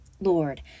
Lord